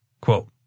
Quote